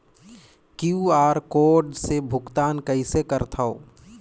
QR code से भुगतान कइसे करथव?